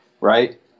right